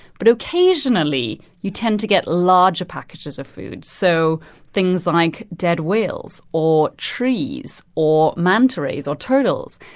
but occasionally, you tend to get larger packages of food, so things like dead whales or trees or manta rays or turtles.